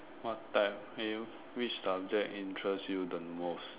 what type !aiyo! which subject interest you the most